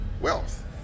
wealth